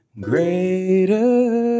greater